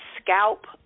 scalp